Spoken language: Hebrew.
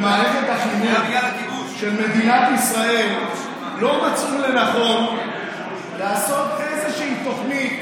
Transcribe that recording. במערכת החינוך של מדינת ישראל לא מצאו לנכון לעשות איזושהי תוכנית